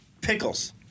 pickles